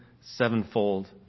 sevenfold